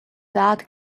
that